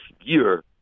year